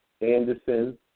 Anderson